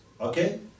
okay